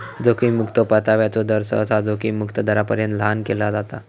जोखीम मुक्तो परताव्याचो दर, सहसा जोखीम मुक्त दरापर्यंत लहान केला जाता